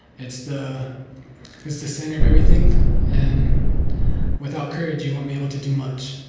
it's the it's the center of everything and without courage, you won't be able to do much.